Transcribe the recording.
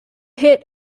hit